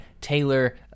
taylor